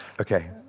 Okay